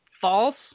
False